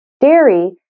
dairy